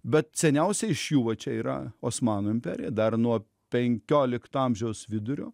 bet seniausia iš jų va čia yra osmanų imperija dar nuo penkiolikto amžiaus vidurio